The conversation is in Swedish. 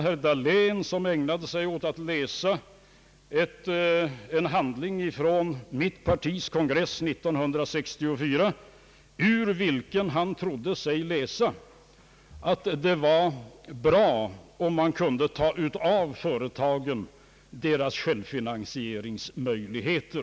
Herr Dahlén hänvisade till en handling från mitt partis kongress år 1964, ur vilken han trodde sig kunna utläsa att socialdemokraterna ansåg att det skulle vara bra om företagen kunde berövas sina självfinansieringsmöjligheter.